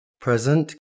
present